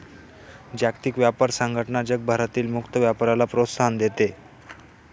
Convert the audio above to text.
जागतिक व्यापार संघटना जगभरातील मुक्त व्यापाराला प्रोत्साहन देते